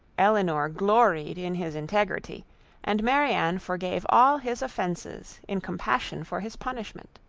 elinor gloried in his integrity and marianne forgave all his offences in compassion for his punishment.